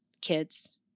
kids